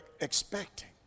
expecting